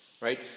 right